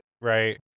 right